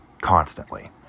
constantly